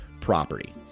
property